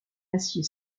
acier